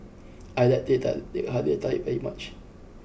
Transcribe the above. I like the Tek Halia Tarik very much